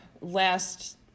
last